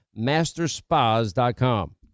Masterspas.com